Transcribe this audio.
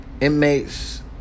Inmates